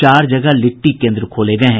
चार जगह लिट्टी केन्द्र खोले गये हैं